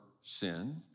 sin